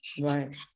right